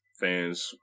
fans